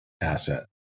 asset